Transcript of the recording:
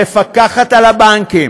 המפקחת על הבנקים,